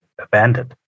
abandoned